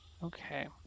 Okay